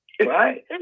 right